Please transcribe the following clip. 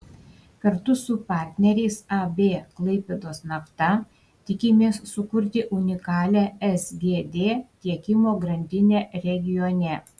kartu su partneriais ab klaipėdos nafta tikimės sukurti unikalią sgd tiekimo grandinę regione